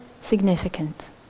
significant